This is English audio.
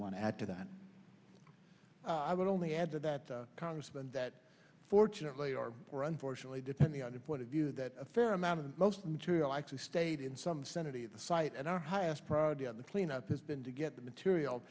want to add to that i would only add to that congressman that fortunately or unfortunately depending on your point of view that a fair amount of most material actually stayed in some sanity at the site and our highest priority on the cleanup has been to get the material